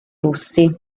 russi